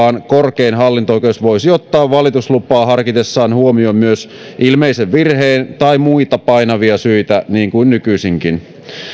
korkein hallinto oikeus voisi ottaa valituslupaa harkitessaan huomioon myös ilmeisen virheen tai muita painavia syitä niin kuin nykyisinkin